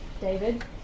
David